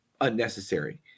unnecessary